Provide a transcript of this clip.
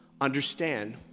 understand